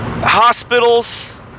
Hospitals